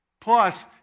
Plus